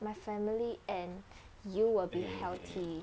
my family and you will be healthy